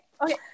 Okay